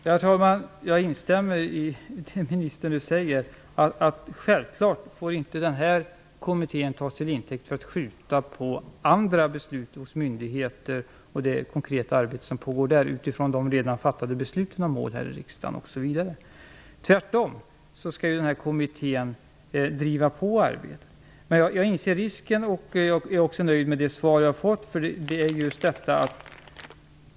Herr talman! Jag instämmer i det som ministern nyss sade, att den här kommittén självklart inte får tas till intäkt för att skjuta upp andra beslut hos myndigheter och det konkreta arbete som pågår inom dem utifrån de redan fattade besluten om målsättningar osv. Tvärtom skall denna kommitté driva på arbetet. Men jag inser denna risk, och jag är nöjd med det svar som jag har fått.